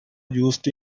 used